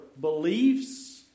beliefs